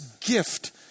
gift